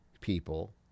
people